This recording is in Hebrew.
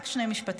רק שני משפטים.